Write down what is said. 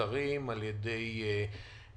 שמאולתרים על ידי השב"כ.